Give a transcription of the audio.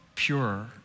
Pure